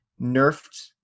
nerfed